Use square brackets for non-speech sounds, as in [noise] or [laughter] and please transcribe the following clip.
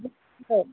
[unintelligible]